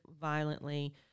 violently